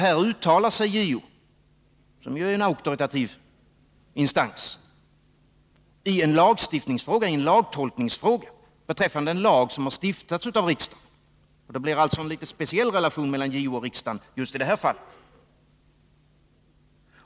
Här uttalar sig JO, som ju är en auktoritativ instans, i en lagtolkningsfråga beträffande en lag som har stiftats av riksdagen. Det blir alltså en litet speciell relation mellan JO och riksdagen just i det här fallet.